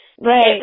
right